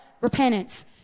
Repentance